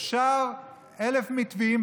אפשר 1,000 מתווים,